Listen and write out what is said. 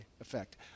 effect